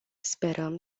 sperăm